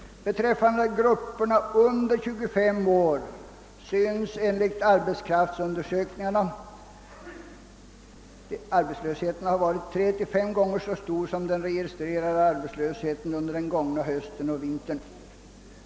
Inom grupperna under 25 år synes enligt arbetskraftsundersökningarna arbetslösheten ha varit tre till fem gånger så stor som den registrerade arbetslösheten under den gångna hösten och vintern.